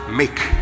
make